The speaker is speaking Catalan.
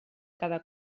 cada